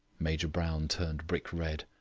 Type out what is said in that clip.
major brown turned brick red.